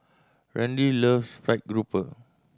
Randy loves fried grouper